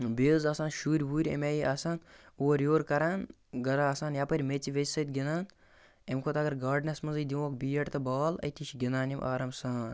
بیٚیہِ حظ آسان شُرۍ وُرۍ اَمہِ آیہِ آسان اورٕ یور کَران گَرا آسان یَپٲرۍ میٚژِ ویٚژِ سۭتۍ گِنٛدان اَمہِ کھۄتہٕ اگر گارڈنَسٕے منٛزٕے دِمہوکھ بیٹ تہٕ بال أتی چھِ گِنٛدان یِم آرام سان